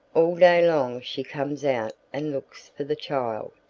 all day long she comes out and looks for the child.